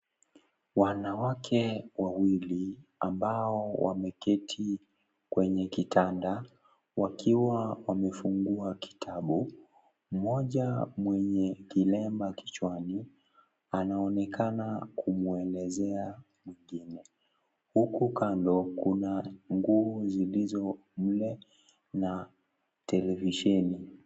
Wanawake wawili ambao wameketi kwenye kitanda, wakiwa wamefungua kitabu, mmoja mwenye kilemba kichwani anaonekana kumuelezea mwingine. Huku kando kuna nguo zilizonne na televisheni.